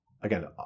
again